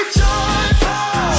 joyful